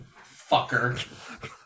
Fucker